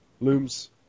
Looms